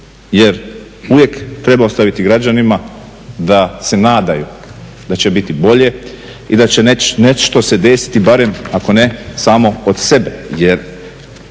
jer uvijek treba ostaviti građanima da se nadaju da će biti bolje i da će se nešto desiti barem ako ne samo od sebe